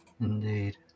Indeed